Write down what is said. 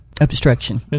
obstruction